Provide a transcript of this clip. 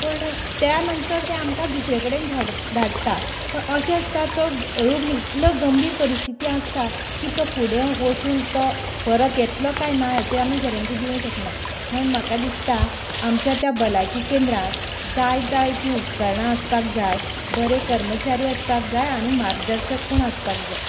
पण त्या नंतर ते आमकां दुसरे कडेन धाडप धाडटा अशे आसता तो रुग्ण इतलो गंभीर परिस्थितीन आसता की तो फुडें वचून तो परत येतलो कांय ना हाचेर आमी गॅरेंटी दिवंक शकना म्हण म्हाका दिसता आमच्या त्या भलायकी केंद्रांत जाय जायती उपकारणां आसपाक जाय बरें कर्मचारी आसपाक जाय आनी मार्गदर्शक पण आसपाक जाय